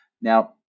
Now